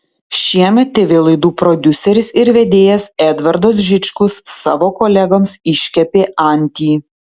šiemet tv laidų prodiuseris ir vedėjas edvardas žičkus savo kolegoms iškepė antį